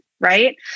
right